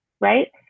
Right